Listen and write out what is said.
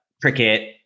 cricket